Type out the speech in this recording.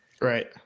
right